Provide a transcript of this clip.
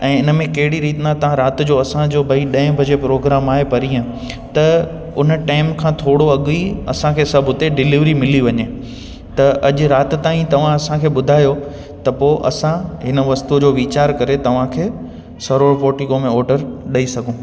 ऐं इन में कहिड़ी रीति न तव्हां राति जो असांजो भाई ॾहें बजे प्रोग्राम आहे पणीह त उन टाइम खां थोरो अॻु ई असांखे सभु उते डिलीवरी मिली वञे त अॼु राति ताईं तव्हां असांखे ॿुधायो त पोइ असां हिन वस्तू जो वीचारु करे तव्हांखे सरोवर पोर्टिको में होटल ॾेई सघूं